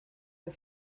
and